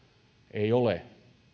ei ole